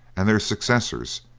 and their successors,